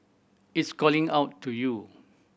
it's calling out to you